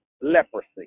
leprosy